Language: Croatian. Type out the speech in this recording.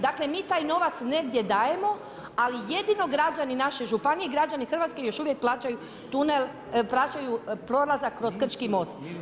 Dakle, mi taj novac negdje dajemo, ali jedino građani naše županije, građani Hrvatske, još uvijek plaćaju tunel, plaćaju prolazak kroz Krčki most.